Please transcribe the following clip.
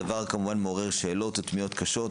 הדבר מעורר שאלות ותמיהות קשות,